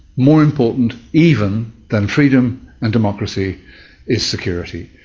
more important even than freedom and democracy is security,